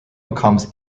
becomes